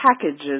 packages